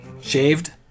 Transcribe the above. shaved